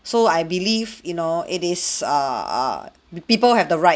so I believe you know it is err b people have the right